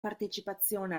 partecipazione